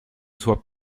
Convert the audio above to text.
soient